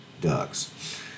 ducks